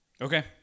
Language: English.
Okay